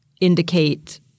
indicate